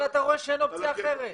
אבל אתה רואה שאין אופציה אחרת.